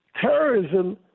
Terrorism